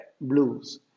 blues